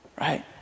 right